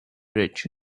rich